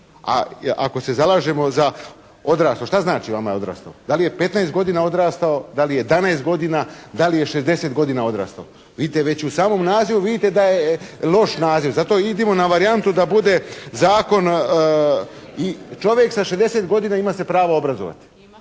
A ako se zalažemo za odrastao, šta znači vama odrastao? Da li je vama 15 godina odrastao, da li je 11 godina, da li je 60 godina odrastao? Vidite već i u samom naslovu vidite da je loš naziv. Zato i idemo na varijantu da bude zakon i čovjek sa 60 godina ima se pravo obrazovati.